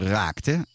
raakte